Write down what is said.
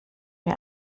mir